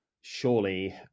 Surely